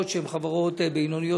החברות הציבוריות